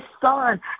son